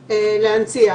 להנציח.